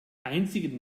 einzigen